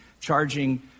charging